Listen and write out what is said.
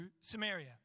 Samaria